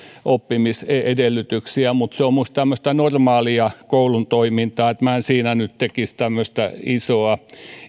oppimisedellytyksiä mutta se on minusta tämmöistä normaalia koulun toimintaa minä en siinä nyt tekisi tämmöistä isoa